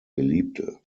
geliebte